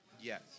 yes